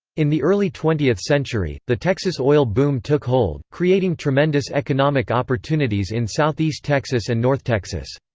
in the early twentieth century, the texas oil boom took hold, creating tremendous economic opportunities in southeast texas and north texas.